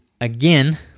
again